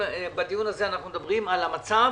בדיון הזה אנחנו מדברים על המצב